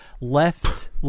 left